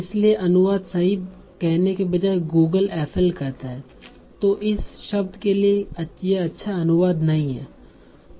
इसलिए अनुवाद सही कहने के बजाय गूगल FL कहता है जो कि इस शब्द के लिए यह अच्छा अनुवाद नहीं है